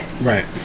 Right